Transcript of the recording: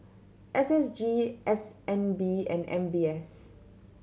S S G S N B and M B S